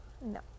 no